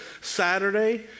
Saturday